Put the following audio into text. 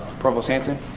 provost hanson.